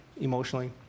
emotionally